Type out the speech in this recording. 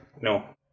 No